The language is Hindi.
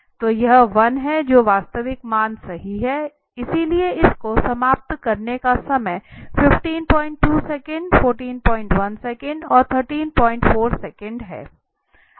तो यह 1 है जो वास्तविक मान सही है इसलिए इसको समाप्त करने का समय 152 सेकंड 141 सेकंड और 134 है